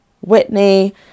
Whitney